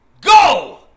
go